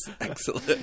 Excellent